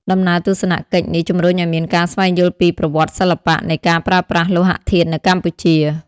ដំណើរទស្សនកិច្ចនេះជំរុញឱ្យមានការស្វែងយល់ពី ប្រវត្តិសិល្បៈ នៃការប្រើប្រាស់លោហធាតុនៅកម្ពុជា។